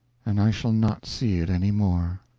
and i shall not see it any more.